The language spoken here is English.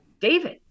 David